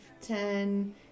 ten